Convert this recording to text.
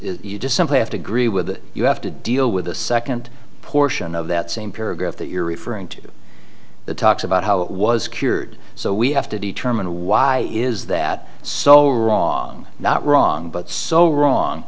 is you just simply have to agree with you have to deal with the second portion of that same paragraph that you're referring to that talks about how it was cured so we have to determine why is that so wrong not wrong but so wrong